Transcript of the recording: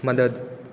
مدد